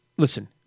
Listen